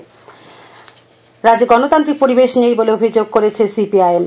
CPIM রাজ্যে গণতান্ত্রিক পরিবেশ নেই বলে অভিযোগ করেছে সিপিআইএম